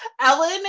Ellen